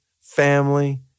family